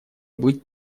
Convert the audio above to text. быть